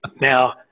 Now